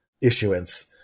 issuance